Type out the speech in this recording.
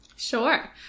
Sure